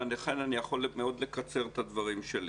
ולכן אני יכול לקצר מאוד את הדברים שלי.